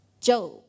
Job